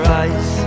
eyes